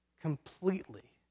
completely